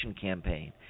campaign